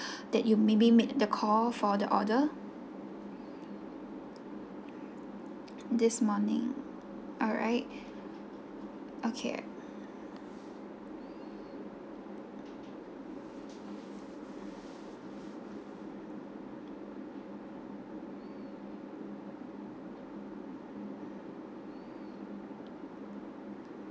that you maybe made the call for the order this morning alright okay